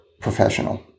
professional